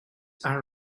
are